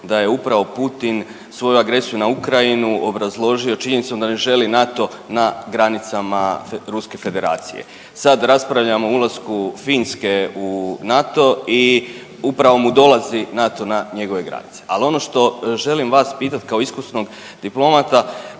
da je upravo Putin svoju agresiju na Ukrajinu obrazložio činjenicom da ne želi NATO na granicama Ruske Federacije. Sad raspravljamo o ulasku Finske u NATO i upravo mu dolazi NATO na njegove granice. Al ono što želim vas pitat kao iskusnog diplomata